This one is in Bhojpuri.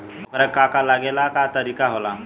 ओकरा के का का लागे ला का तरीका होला?